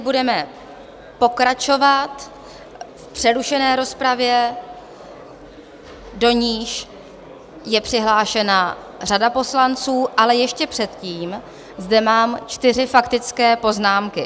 Budeme tedy pokračovat v přerušené rozpravě, do níž je přihlášena řada poslanců, ale ještě předtím zde mám čtyři faktické poznámky.